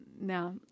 Now